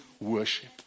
worship